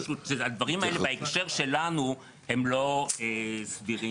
פשוט הדברים האלה בהקשר שלנו הם לא סבירים.